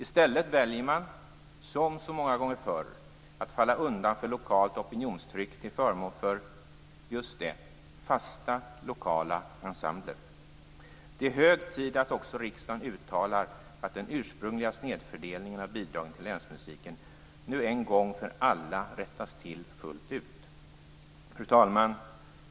I stället väljer man, som så många gånger förr, att falla undan för lokalt opinionstryck till förmån för - just det - fasta lokala ensembler. Det är hög tid att också riksdagen uttalar att den ursprungliga snedfördelningen av bidragen till länsmusiken nu en gång för alla rättas till fullt ut. Fru talman!